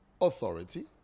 authority